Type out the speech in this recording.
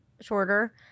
shorter